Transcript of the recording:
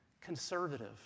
conservative